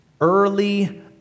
Early